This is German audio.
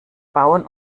bauen